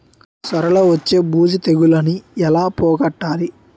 సొర లో వచ్చే బూజు తెగులని ఏల పోగొట్టాలి?